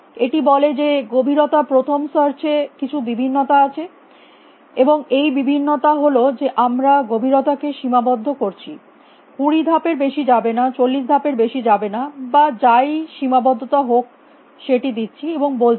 এটি বলে যে গভীরতা প্রথম সার্চ এ কিছু বিভিন্নতা আছে এবং এই বিভিন্নতা হল যে আমরা গভীরতাকে সীমাবদ্ধ করছি 20 ধাপের বেশী যাবে না 40 ধাপের বেশী যাবে না বা যাই সীমাবদ্ধতা হোক সেটি দিচ্ছি এবং বলছি